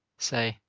say,